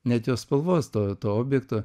net jo spalvos to to objekto